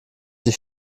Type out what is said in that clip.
sie